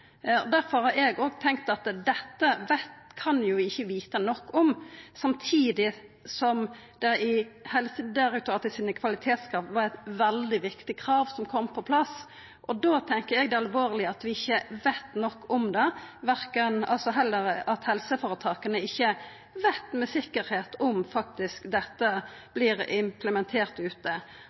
har eg tenkt at dette kan vi jo ikkje vita nok om, samtidig som det i Helsedirektoratets kvalitetskrav var eit veldig viktig krav som kom på plass. Da tenkjer eg at det er alvorleg at vi ikkje veit nok om det – at helseføretaka ikkje veit med sikkerheit om dette faktisk vert implementert ute.